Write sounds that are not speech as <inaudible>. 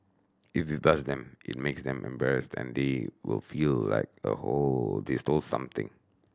if you buzz them it makes them embarrassed and they will feel like a <unintelligible> stole something